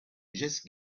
just